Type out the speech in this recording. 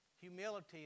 Humility